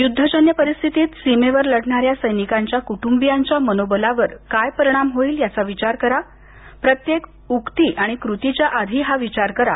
युद्धजन्य परिस्थितीत सीमेवर लढणा या सैनिकांच्या कुटुंबियांच्या मनोबलावर काय परिणाम होईल याचा विचार प्रत्येक उक्ती आणि कृतीच्या आधी करा